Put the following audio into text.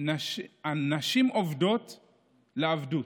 נשים עובדות לעבדות,